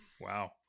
Wow